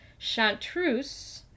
chantreuse